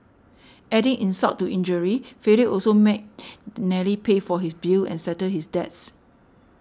adding insult to injury Philip also made Nellie pay for his bills and settle his debts